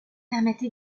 permettent